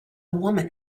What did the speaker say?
woman